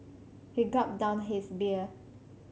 he gulped down his beer